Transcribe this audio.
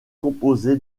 composé